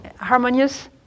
harmonious